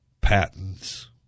patents